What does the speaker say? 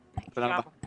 בבקשה.